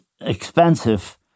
expensive